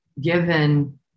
given